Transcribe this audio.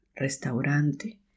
restaurante